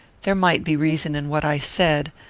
there might be reason in what i said,